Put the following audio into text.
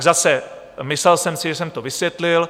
Zase, myslel jsem si, že jsem to vysvětlil.